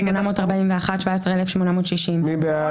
17,481 עד 17,500. מי בעד?